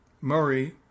Murray